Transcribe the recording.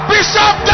Bishop